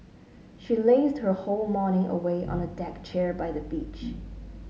she lazed her whole morning away on a deck chair by the beach